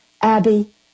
Abby